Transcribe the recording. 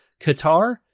Qatar